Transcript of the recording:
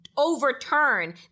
overturn